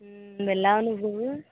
వెళ్ళావా నువ్వు